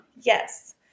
Yes